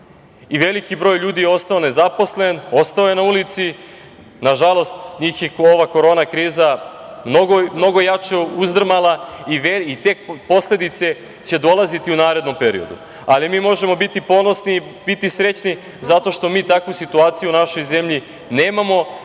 i veliki broj ljudi je ostao nezaposlen, ostao je na ulici. Nažalost, njih je ova korona kriza mnogo jače uzdrmala i tek će posledice dolaziti u narednom periodu. Mi možemo biti ponosni i biti srećni zato što mi takvu situaciju u našoj zemlji nemamo,